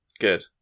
Good